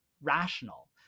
rational